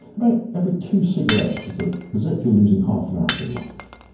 but every two cigarettes is ah as if you're losing half an hour of your life.